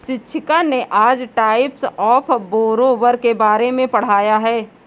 शिक्षिका ने आज टाइप्स ऑफ़ बोरोवर के बारे में पढ़ाया है